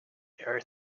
earth